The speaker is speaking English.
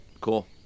Cool